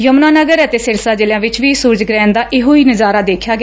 ਯਮੁਨਾਨਗਰ ਅਤੇ ਸਿਰਸਾ ਜਿਲਿਆਂ ਵਿੱਚ ਵੀ ਸੁਰਜ ਗੁਹਿਣ ਦਾ ਇਹੋ ਹੀ ਨਜਾਰਾ ਦੇਖਿਆ ਗਿਆ